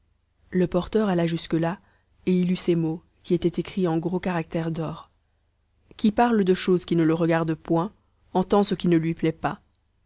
le porteur alla jusque là et y lut ces mots qui étaient écrits en gros caractères d'or qui parle de choses qui ne le regardent point entend ce qui ne lui plaît pas